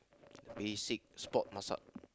basic sport massage